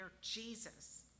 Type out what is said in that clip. Jesus